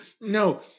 No